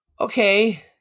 okay